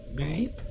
right